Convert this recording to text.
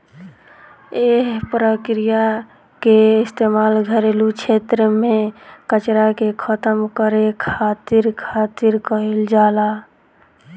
एह प्रक्रिया के इस्तेमाल घरेलू क्षेत्र में कचरा के खतम करे खातिर खातिर कईल जाला